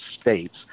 states